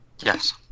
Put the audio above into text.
yes